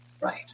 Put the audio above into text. right